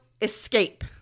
escape